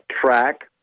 track